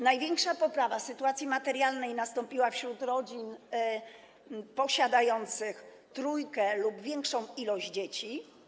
Największa poprawa sytuacji materialnej nastąpiła wśród rodzin posiadających trójkę lub większą liczbę dzieci.